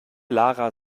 lara